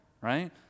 Right